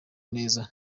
neza